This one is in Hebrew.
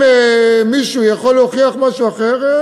אם מישהו יכול להוכיח משהו אחר,